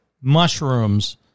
mushrooms